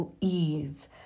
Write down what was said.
ease